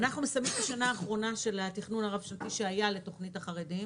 אנחנו מסיימים את השנה האחרונה של התכנון הרב שנתי לתוכנית החרדים.